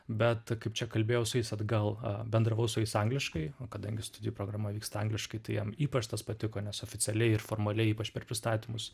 bet kaip čia kalbėjau su jais atgal bendravau su jais angliškai o kadangi studijų programa vyksta angliškai tai jiem ypač tas patiko nes oficialiai ir formaliai ypač per pristatymus